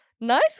nice